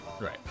Right